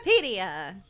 Wikipedia